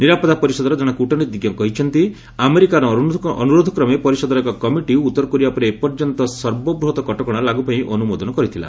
ନିରାପତ୍ତା ପରିଷଦର ଜଣେ କୂଟନୀତିଜ୍ଞ କହିଛନ୍ତି ଜାତିସଂଘର ଅନୁରୋଧକ୍ରମେ ପରିଷଦର ଏକ କମିଟି ଉତ୍ତରକୋରିଆ ଉପରେ ଏପର୍ଯ୍ୟନ୍ତ ସର୍ବବୃହତ କଟକଣା ଲାଗୁ ପାଇଁ ଅନୁମୋଦନ କରିଥିଲା